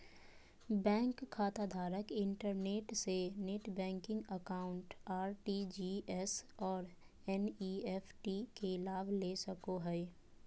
bank खाताधारक internet से net banking account, RTGS और एन.इ.एफ.टी के लाभ ले सको हइ